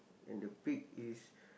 and the pig is